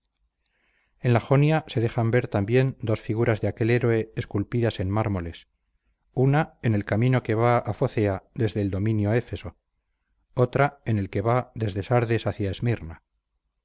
en la jonia se dejan ver también dos figuras de aquel héroe esculpidas en mármoles una en el camino que va a focea desde el dominio éfeso otra en el que va desde sardes hacia